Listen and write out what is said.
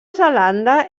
zelanda